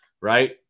Right